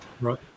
Right